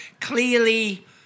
clearly